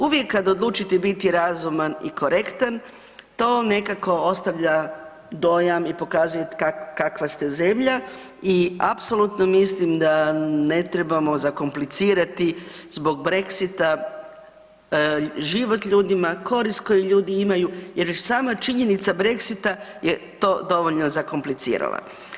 Uvijek kada odlučite biti razuman i korektan to vam nekako ostavlja dojam i pokazuje kakva ste zemlja i apsolutno mislim da ne trebamo zakomplicirati zbog Brexita život ljudima, korist koji ljudi imaju jer je sama činjenica Brexita je to dovoljno zakomplicirala.